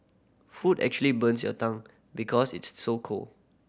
food actually burns your tongue because it's so cold